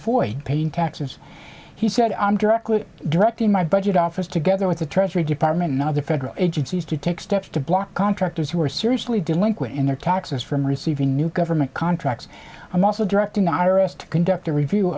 avoid paying taxes he said i'm directly directing my budget office together with the treasury department and other federal agencies to take steps to block contractors who are seriously delinquent in their taxes from receiving new government contracts i'm also directing iris to conduct a review